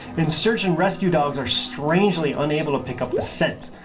and search and rescue dogs are strangely unable to pick up the scent,